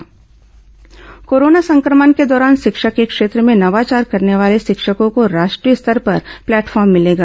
शिक्षक नवाचार कोरोना संक्रमण के दौरान शिक्षा के क्षेत्र में नवाचार करने वाले शिक्षकों को राष्ट्रीय स्तर पर प्लेटफॉर्म मिलेगा